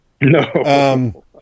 No